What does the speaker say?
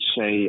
say